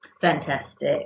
Fantastic